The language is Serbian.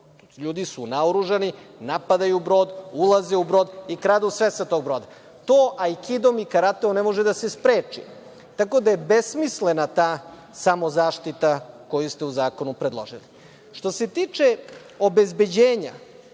Ljudi su naoružani, napadaju brod, ulaze u brod i kradu sve sa tog broda. To aikidom i karateom ne može da se spreči, tako da je besmislena ta samozaštita koju ste u zakonu predložili. Što se tiče obezbeđenja,